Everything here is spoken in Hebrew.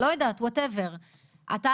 whatever,